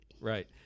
Right